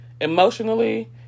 emotionally